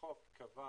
החוק קבע